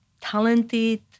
talented